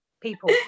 people